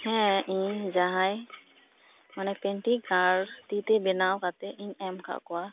ᱦᱮᱸ ᱤᱧ ᱡᱟᱦᱟᱭ ᱢᱟᱱᱮ ᱯᱮᱱᱴᱤᱝ ᱛᱤ ᱛᱮ ᱵᱮᱱᱟᱣ ᱠᱟᱛᱮ ᱤᱧ ᱮᱢ ᱠᱟᱜ ᱠᱚᱣᱟ